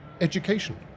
education